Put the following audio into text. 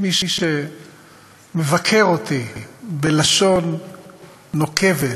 מי שמבקר אותי בלשון נוקבת,